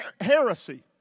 Heresy